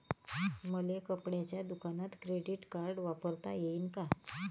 मले कपड्याच्या दुकानात क्रेडिट कार्ड वापरता येईन का?